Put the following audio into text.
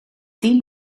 team